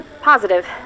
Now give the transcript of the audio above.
Positive